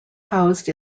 housed